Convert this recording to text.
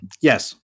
Yes